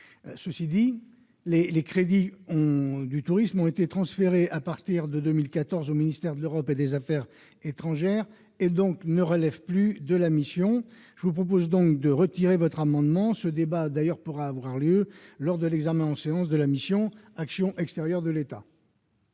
secteur du tourisme ont été transférés, à partir de 2014, au ministère de l'Europe et des affaires étrangères et ne relèvent plus de la mission. Je vous propose donc, ma chère collègue, de retirer votre amendement. Ce débat pourra avoir lieu, lors de l'examen en séance de la mission « Action extérieure de l'État